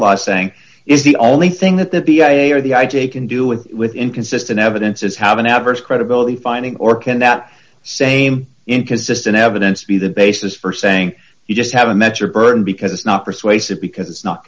law saying is the only thing that the b i a or the i j can do it with inconsistent evidence is have an adverse credibility finding or can that same inconsistent evidence be the basis for saying you just haven't met your burden because it's not persuasive because it's not